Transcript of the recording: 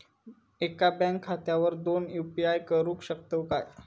एका बँक खात्यावर दोन यू.पी.आय करुक शकतय काय?